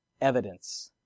evidence